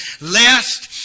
lest